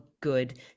good